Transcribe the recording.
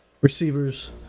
receivers